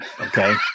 Okay